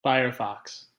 firefox